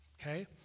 okay